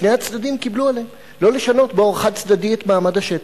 שני הצדדים קיבלו עליהם לא לשנות באורח חד-צדדי את מעמד השטח.